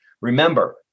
Remember